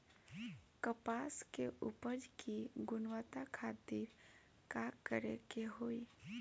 कपास के उपज की गुणवत्ता खातिर का करेके होई?